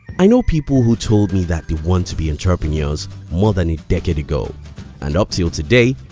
i know people who told me that they want to be entrepreneurs more than a decade ago and up till today,